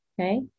okay